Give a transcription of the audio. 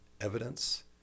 evidence